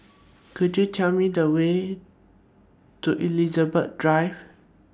Could YOU Tell Me The Way to Elizabeth Drive